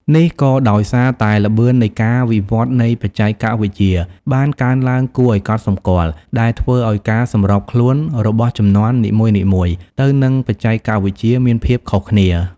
នេះក៏ដោយសារតែល្បឿននៃការវិវត្តនៃបច្ចេកវិទ្យាបានកើនឡើងគួរឱ្យកត់សម្គាល់ ដែលធ្វើឱ្យការសម្របខ្លួនរបស់ជំនាន់នីមួយៗទៅនឹងបច្ចេកវិទ្យាមានភាពខុសគ្នា។